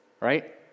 right